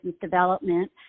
development